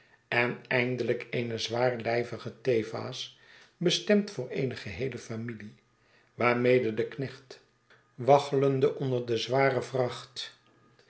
en eindelijk eene zwaarlijvige theevaas bestemd voor eene geheele familie waarmede de knecht waggelende onder de zware vracht